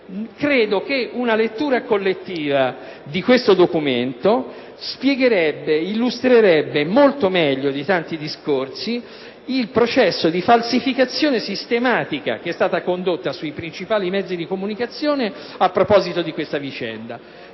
Credo che una lettura collettiva di questo documento illustrerebbe molto meglio di tanti discorsi il processo di falsificazione sistematica che è stato condotto sui principali mezzi di comunicazione a proposito di questa vicenda